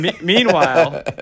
Meanwhile